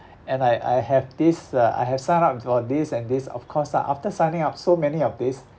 and I I have this uh I have signed up for these and these of course ah after signing up so many of these